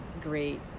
great